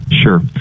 Sure